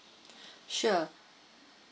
sure